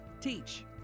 Teach